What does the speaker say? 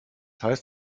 heißt